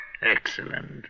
Excellent